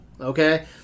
Okay